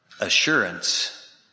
assurance